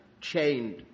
chained